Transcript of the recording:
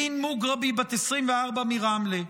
לין מוגרבי, בת 24, מרמלה,